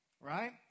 right